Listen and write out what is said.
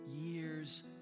years